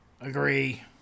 Agree